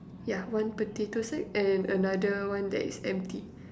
yeah one potato sack and another one that is empty